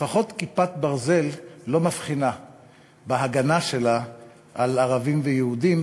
לפחות "כיפת ברזל" לא מבחינה בהגנה שלה על ערבים ויהודים,